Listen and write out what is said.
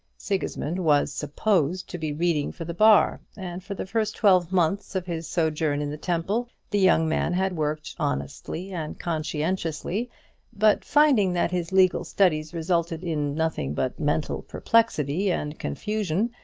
sigismund was supposed to be reading for the bar and for the first twelve months of his sojourn in the temple the young man had worked honestly and conscientiously but finding that his legal studies resulted in nothing but mental perplexity and confusion,